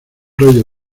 rayo